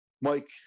Mike